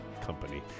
Company